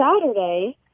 Saturday